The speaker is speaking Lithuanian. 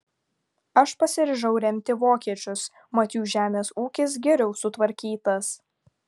aš pasiryžau remti vokiečius mat jų žemės ūkis geriau sutvarkytas